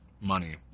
money